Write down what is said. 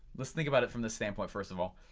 let's think about it from this standpoint first of all.